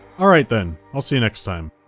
alright then, i'll see you next time!